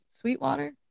Sweetwater